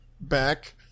back